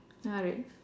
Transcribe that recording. uh r~